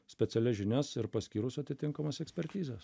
specialias žinias ir paskyrus atitinkamas ekspertizes